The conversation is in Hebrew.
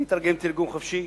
אני אתרגם תרגום חופשי.